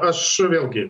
aš vėlgi